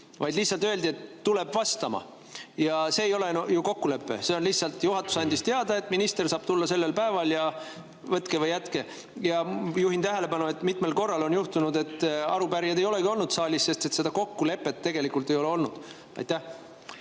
vaid lihtsalt öeldi, et tuleb vastama. See ei ole ju kokkulepe. Lihtsalt juhatus andis teada, et minister saab tulla sellel päeval, võtke või jätke. Ja juhin tähelepanu, et mitmel korral on juhtunud, et arupärijad ei olegi olnud saalis, sest seda kokkulepet ei ole olnud. Aitäh!